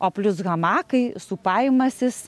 o plius hamakai sūpavimasis